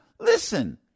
Listen